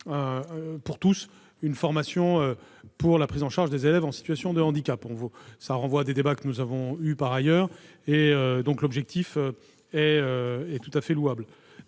futurs enseignants à la prise en charge des élèves en situation de handicap. Cela renvoie à des débats que nous avons eus par ailleurs ; l'objectif est tout à fait louable.